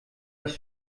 das